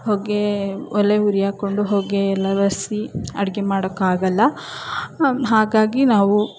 ಹೊಗೆ ಒಲೆ ಉರಿ ಹಾಕೊಂಡು ಹೊಗೆಯೆಲ್ಲ ಬರಿಸಿ ಅಡುಗೆ ಮಾಡೋಕ್ಕಾಗೋಲ್ಲ ಹಾಗಾಗಿ ನಾವು